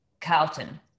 Carlton